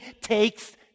takes